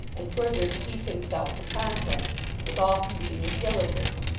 and further to teach himself the contents with all convenient diligence.